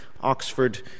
Oxford